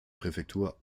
präfektur